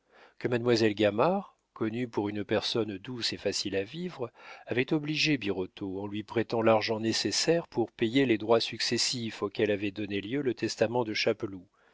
que mademoiselle gamard connue pour une personne douce et facile à vivre avait obligé birotteau en lui prêtant l'argent nécessaire pour payer les droits successifs auxquels avait donné lieu le testament de chapeloud